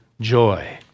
joy